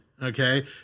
Okay